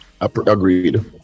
Agreed